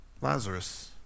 Lazarus